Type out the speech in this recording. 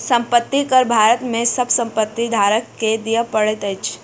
संपत्ति कर भारत में सभ संपत्ति धारक के दिअ पड़ैत अछि